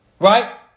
Right